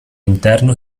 interno